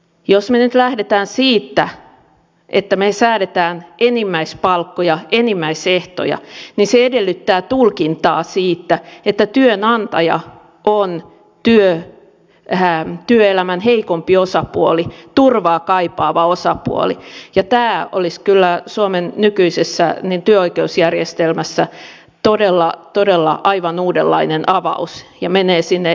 jos me nyt lähdemme siitä että me säädämme enimmäispalkkoja enimmäisehtoja niin se edellyttää tulkintaa siitä että työnantaja on työelämän heikompi osapuoli turvaa kaipaava osapuoli ja tämä olisi kyllä suomen nykyisessä työoikeusjärjestelmässä todella todella aivan uudenlainen avaus ja menee ihan niihin peruslähtökohtiin